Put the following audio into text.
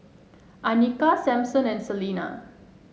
Anika Sampson and Celina